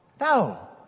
No